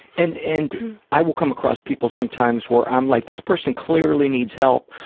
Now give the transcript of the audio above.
and and i will come across people sometimes where i'm like, this person clearly needs help,